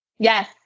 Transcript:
Yes